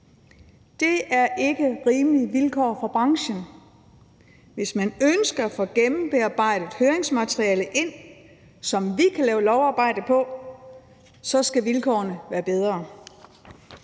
Det er ikke rimelige vilkår for branchen. Hvis man ønsker at få gennemarbejdet høringsmateriale ind, som vi kan lave lovarbejde på, skal vilkårene være bedre.